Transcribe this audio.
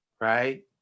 Right